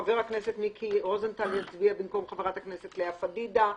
חבר הכנסת מיקי רוזנטל יצביע במקום חברת הכנסת לאה פדידה.